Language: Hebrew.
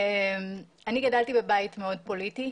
אני גדלתי בבית מאוד פוליטי,